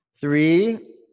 Three